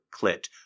clit